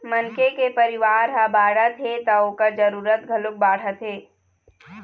मनखे के परिवार ह बाढ़त हे त ओखर जरूरत घलोक बाढ़त हे